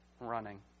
running